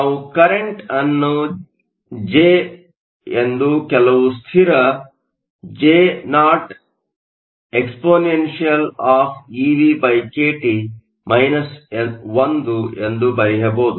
ನಾವು ಕರೆಂಟ್Current ಜೆನ್ನು ಕೆಲವು ಸ್ಥಿರ J0 exp eVkT 1 ಎಂದು ಬರೆಯಬಹುದು